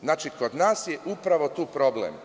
Znači, kod nas je upravo tu problem.